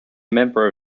member